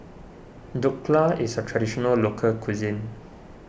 Dhokla is a Traditional Local Cuisine